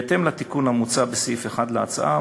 סעיף 3: בהתאם לתיקון המוצע בסעיף 1 להצעה,